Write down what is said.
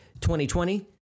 2020